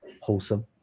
wholesome